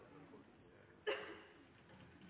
Men for